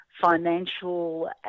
financial